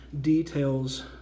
details